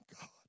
God